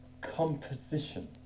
composition